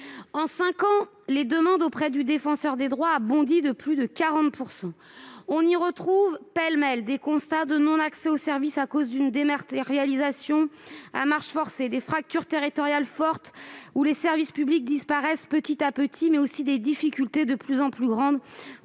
En cinq ans, les demandes adressées au Défenseur des droits ont bondi de plus de 40 %; on y retrouve, pêle-mêle, des constats de non-accès au service à cause d'une dématérialisation à marche forcée, des fractures fortes entre territoires, dont les services publics disparaissent petit à petit, mais aussi des difficultés de plus en plus grandes